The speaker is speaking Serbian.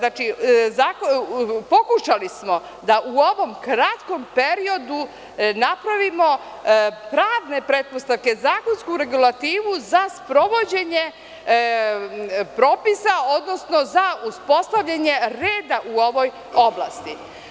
Dakle, pokušali smo da u ovom kratkom periodu napravimo pravne pretpostavke, zakonsku regulativu za sprovođenje propisa, odnosno za uspostavljanje reda u ovoj oblasti.